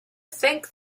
think